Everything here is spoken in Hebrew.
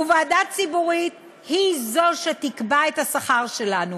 וועדה ציבורית היא זו שתקבע את השכר שלנו.